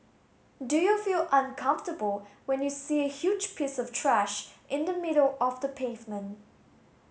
do you feel uncomfortable when you see a huge piece of trash in the middle of the pavement